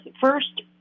first